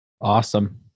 Awesome